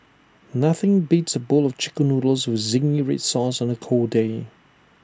nothing beats A bowl of Chicken Noodles with Zingy Red Sauce on A cold day